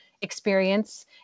experience